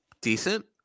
decent